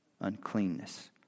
uncleanness